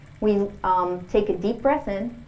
we um take a deep breath in